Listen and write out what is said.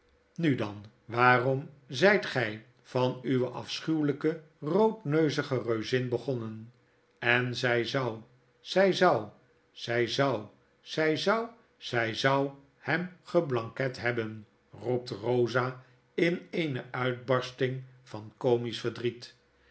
anu dan waarom zyt gy van uwe afschuwlijke roodneuzige reuzin begonnen en zy zou zy zou zy zou zy zou zij zou hem geblanket hebben f roept eosa in eene uitbarsting van comisch verdriet